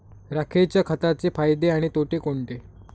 राखेच्या खताचे फायदे आणि तोटे कोणते?